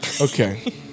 Okay